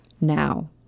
now